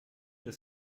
des